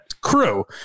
crew